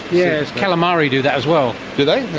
yes, calamari do that as well. do they?